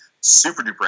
super-duper